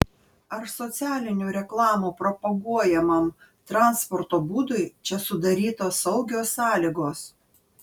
ar socialinių reklamų propaguojamam transporto būdui čia sudarytos saugios sąlygos